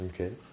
Okay